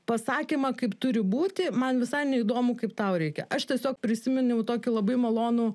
pasakymą kaip turi būti man visai neįdomu kaip tau reikia aš tiesiog prisiminiau tokį labai malonų